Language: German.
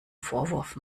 vorwurf